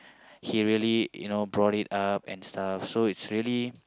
he really you know brought it up and stuff so it's really